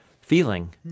feeling